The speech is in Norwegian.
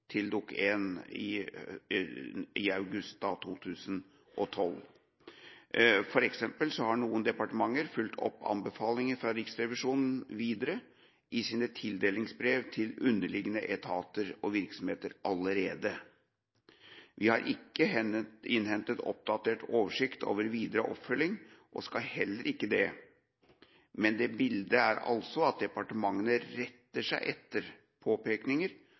til Dokument 1 i august 2012. For eksempel har noen departementer allerede fulgt opp anbefalinger fra Riksrevisjonen videre i sine tildelingsbrev til underliggende etater og virksomheter. Vi har ikke innhentet oppdatert oversikt over videre oppfølging, og skal heller ikke det, men bildet er altså at departementene retter seg etter påpekninger